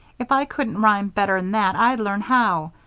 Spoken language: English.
if i couldn't rhyme better n that, i'd learn how.